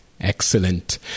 excellent